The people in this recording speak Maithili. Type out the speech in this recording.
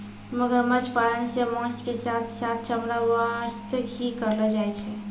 मगरमच्छ पालन सॅ मांस के साथॅ साथॅ चमड़ा वास्तॅ ही करलो जाय छै